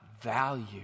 value